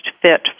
fit